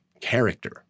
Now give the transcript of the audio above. character